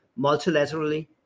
Multilaterally